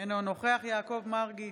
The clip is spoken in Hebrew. אינו נוכח יעקב מרגי,